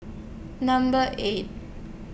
Number eight